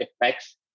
effects